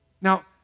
Now